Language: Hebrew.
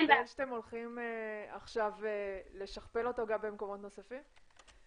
שאתם הולכים עכשיו לשכפל אותו גם במקומות נוספים?